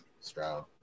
Stroud